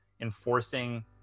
enforcing